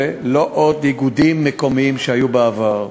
ולא עוד איגודים מקומיים כמו שהיו בעבר.